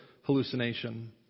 hallucination